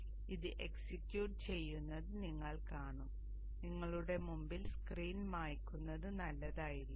അതിനാൽ ഇത് എക്സിക്യൂട്ട് ചെയ്യുന്നത് നിങ്ങൾ കാണും നിങ്ങളുടെ മുമ്പിൽ സ്ക്രീൻ മായ്ക്കുന്നത് നല്ലതായിരിക്കാം